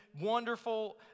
wonderful